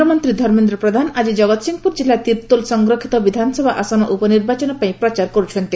କେନ୍ଦ୍ରମନ୍ତୀ ଧର୍ମେନ୍ଦ୍ର ପ୍ରଧାନ ଆଜି ଜଗତ୍ସିଂହପୁର ଜିଲ୍ଲା ତିର୍ରୋଲ ସଂରକ୍ଷିତ ବିଧାନସଭା ଆସନ ଉପନିର୍ବାଚନ ପାଇଁ ପ୍ରଚାର କରୁଛନ୍ତି